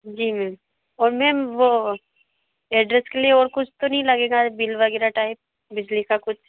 जी ma'am और ma'am वो address के लिए और कुछ तो नहीं लगेगा बिल वगैरह टाइप बिजली का कुछ